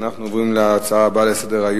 אנחנו עוברים להצעה הבאה לסדר-היום,